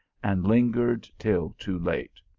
and lingered till too late.